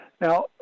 Now